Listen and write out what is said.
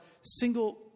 single